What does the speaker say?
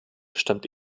stammt